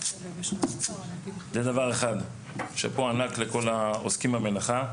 זה דבר אחד, שאפו ענק לכל העוסקים במלאכה.